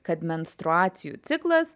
kad menstruacijų ciklas